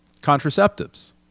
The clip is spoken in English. contraceptives